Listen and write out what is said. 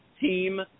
Team